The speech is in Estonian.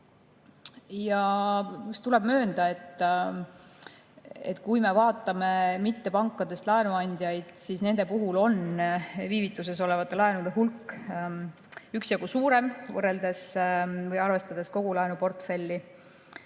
on. Tuleb möönda, et kui me vaatame mittepankadest laenuandjaid, siis nende puhul on viivituses olevate laenude hulk üksjagu suurem, arvestades kogu laenuportfelli.